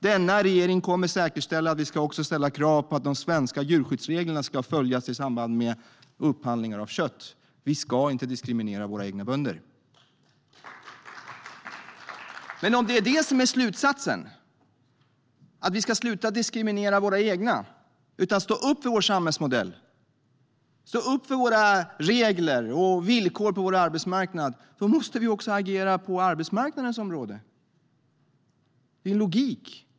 Den här regeringen kommer att säkerställa att vi ska ställa krav på att de svenska djurskyddsreglerna ska följas i samband med upphandlingar av kött. Vi ska inte diskriminera våra egna bönder. Om slutsatsen är att vi ska sluta diskriminera våra egna och stå upp för vår samhällsmodell, stå upp för våra regler och villkor på vår arbetsmarknad, måste vi också agera på den arbetsmarknad som råder. Det är logik.